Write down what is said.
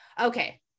Okay